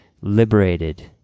liberated